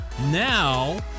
Now